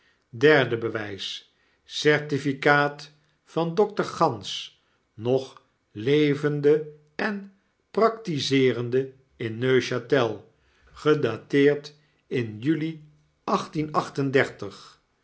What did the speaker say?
derde bewys certificaat van dokter ganz nog levende en praktizeerende in neuchate'l gedateerd in juli